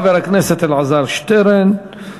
חבר הכנסת אלעזר שטרן.